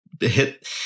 hit